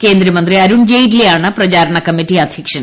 കേന്ദ്രമന്ത്രി അരുൺ ജെയ്റ്റ്ലിയാണ് പ്രചാരണ കമ്മിറ്റി അധ്യക്ഷൻ